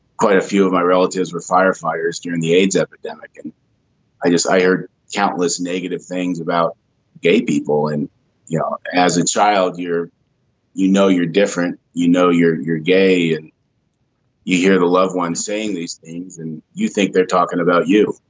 quite a few of my relatives were firefighters during the aids epidemic and i just heard countless negative things about gay people and you know as a child you're you know you're different. you know you're you're gay and you hear the loved ones saying these things and you think they're talking about you.